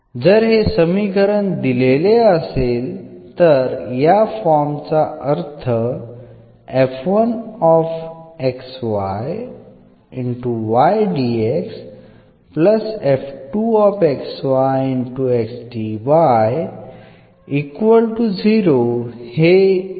जर हे समीकरण दिलेले असेल तर या फॉर्म चा अर्थ हे बेरीज फंक्शन असते